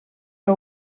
que